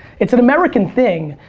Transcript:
it's an american thing,